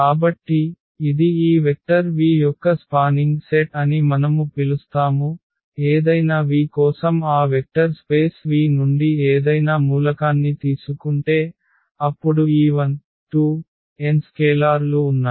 కాబట్టి ఇది ఈ వెక్టర్ v యొక్క స్పానింగ్ సెట్ అని మనము పిలుస్తాము ఏదైనా v కోసం ఆ వెక్టర్ స్పేస్ V నుండి ఏదైనా మూలకాన్ని తీసుకుంటే అప్పుడు ఈ 12n స్కేలార్ లు ఉన్నాయి